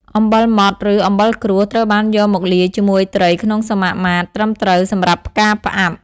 អំបិលម៉ដ្ឋ ឬ អំបិលគ្រួស ត្រូវបានយកមកលាយជាមួយត្រីក្នុងសមាមាត្រត្រឹមត្រូវសម្រាប់ការផ្អាប់។